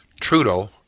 Trudeau